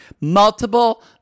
Multiple